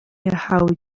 yahawe